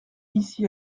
ici